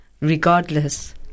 regardless